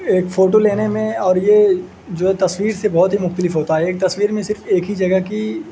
ایک فوٹو لینے میں اور یہ جو ہے تصویر سے بہت ہی مختلف ہوتا ہے ایک تصویر میں صرف ایک ہی جگہ کی